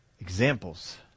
examples